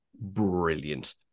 brilliant